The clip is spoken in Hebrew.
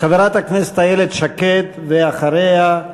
חברת הכנסת איילת שקד, ואחריה,